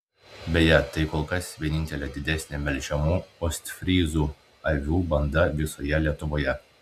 beje tai kol kas vienintelė didesnė melžiamų ostfryzų avių banda visoje lietuvoje